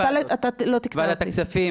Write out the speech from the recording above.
--- אתה לא תקטע אותי --- בוועדת הכספים,